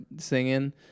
singing